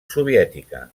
soviètica